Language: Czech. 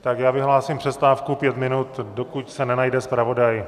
Tak já vyhlásím přestávku pět minut, dokud se nenajde zpravodaj.